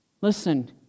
Listen